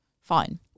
Fine